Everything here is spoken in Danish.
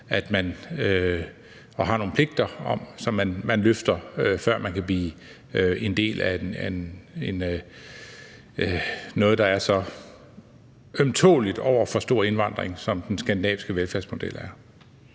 man har nogle pligter, som man løfter, før man kan blive en del af noget, der er så ømtåleligt over for en stor indvandring, som den skandinaviske velfærdsmodel er.